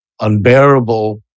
unbearable